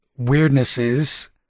weirdnesses